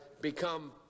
become